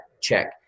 check